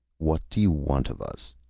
what do you want of us?